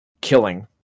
killing